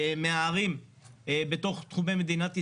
מהערים בתוך תחומי מדינת ישראל,